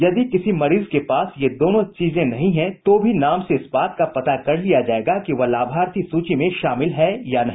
यदि किसी मरीज के पास ये दोनों चीजें नहीं हैं तो भी नाम से ही इस बात का पता कर लिया जायेगा कि वह लाभार्थी सूची में शामिल है या नहीं